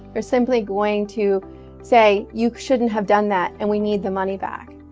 they're simply going to say, you shouldn't have done that, and we need the money back.